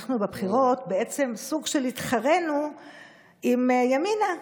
בבחירות אנחנו סוג של התחרינו עם ימינה.